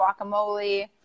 guacamole